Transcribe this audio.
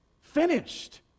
Finished